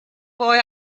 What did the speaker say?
boy